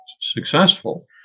successful